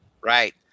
Right